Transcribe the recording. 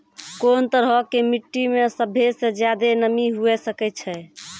कोन तरहो के मट्टी मे सभ्भे से ज्यादे नमी हुये सकै छै?